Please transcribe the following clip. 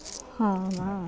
ಹಾಂ ಹಾಂ